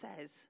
says